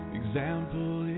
example